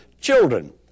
children